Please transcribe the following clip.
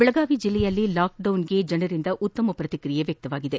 ಬೆಳಗಾವಿ ಜಿಲ್ಲೆಯಲ್ಲಿ ಲಾಕ್ಡೌನ್ಗೆ ಜನರಿಂದ ಉತ್ತಮ ಪ್ರತಿಕ್ರಿಯೆ ದೊರಕಿದೆ